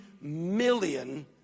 million